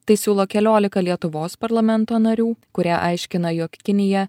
tai siūlo keliolika lietuvos parlamento narių kurie aiškina jog kinija